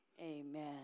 Amen